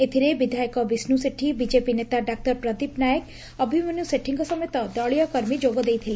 ଏଥିରେ ବିଧାୟକ ବିଷ୍ଡ ସେଠୀ ବିଜେପି ନେତା ଡାକ୍ତର ପ୍ରଦୀପ ନାୟକ ଅଭିମନ୍ଧ୍ୟ ସେଠୀଙ୍ ସମେତ ଦଳୀୟ କର୍ମୀ ଯୋଗଦେଇଥିଲେ